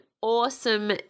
awesome